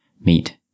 meet